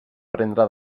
prendre